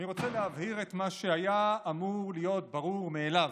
אני רוצה להבהיר את מה שהיה אמור להיות ברור מאליו: